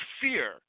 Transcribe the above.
fear